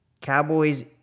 Cowboys